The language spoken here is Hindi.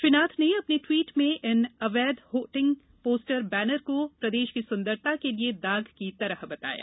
श्री नाथ ने अपने टवीट में इन अवैध होर्डिंग पोस्टर बैनर को प्रदेश की सुंदरता के लिये दाग की तरह बताया